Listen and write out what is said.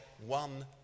one